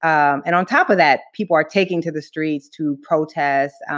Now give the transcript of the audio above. um and on top of that, people are taking to the streets to protest,